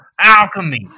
Alchemy